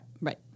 right